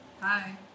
Hi